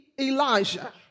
Elijah